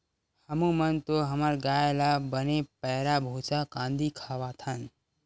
हमू मन तो हमर गाय ल बने पैरा, भूसा, कांदी खवाथन